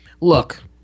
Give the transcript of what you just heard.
look